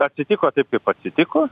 atsitiko taip atsitiko